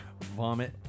vomit